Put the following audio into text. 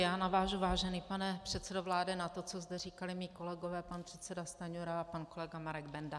Já navážu, vážený pane předsedo vlády na to, co zde říkali mí kolegové, pan předseda Stanjura a pan kolega Marek Benda.